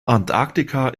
antarktika